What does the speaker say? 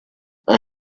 and